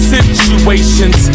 Situations